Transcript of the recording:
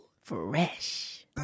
Fresh